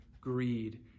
greed